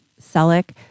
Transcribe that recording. Selleck